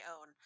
own